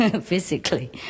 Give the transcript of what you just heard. physically